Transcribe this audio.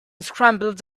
scrambled